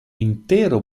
intero